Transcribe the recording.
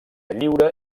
lliure